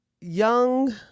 Young